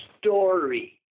story